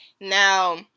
now